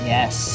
Yes